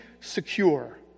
secure